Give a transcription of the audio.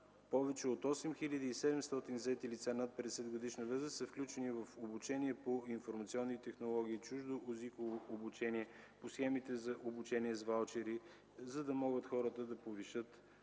Повече от 8700 заети лица над 50-годишна възраст са включени в обучение по информационни технологии, чуждо езиково обучение, по схемите за обучение с ваучери, за да могат хората да повишат своята